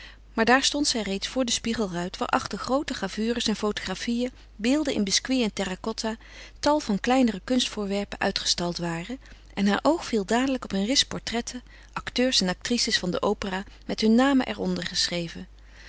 maar daar stond zij reeds voor den spiegelruit waarachter groote gravures en fotografieën beelden in biscuit en terracotta tal van andere kleinere kunstvoorwerpen uitgestald waren en haar oog viel dadelijk op een ris portretten acteurs en actrices van de opera met hun namen er onder geschreven